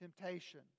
temptation